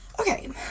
Okay